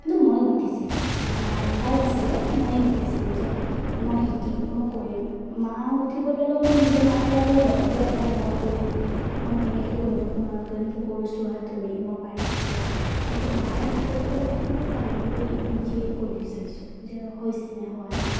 কিন্তু মই গুঠিছিলোঁ মানে মায়ে দেখুৱাই দিছিলে মই গুঠিছিলোঁ যে মই শিকিম মই কৰিম মা গুঠিব ল'লেও মই নিজে মাৰ পৰা লৈ লওঁ দিয়া দিয়া মই কৰিম মই কেনেকৈ কৰিব কেনেকৈ কৰো চোৱা তুমি মই পাৰিছোঁ এনেকৈ মাৰ হাতৰ পৰা বস্তুটো কাঢ়িলৈ নিজেই কৰি চাইছোঁ যে হৈছেনে হোৱা নাই